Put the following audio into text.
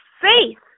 faith